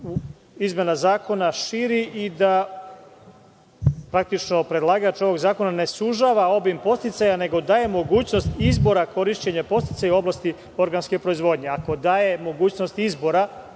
izmene zakona širi i da praktično predlagač ovog zakona ne sužava obim podsticaja, nego daje mogućnost izbora korišćenja podsticaja u oblasti organske proizvodnje. Ako daje mogućnost izbora,